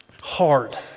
hard